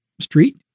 street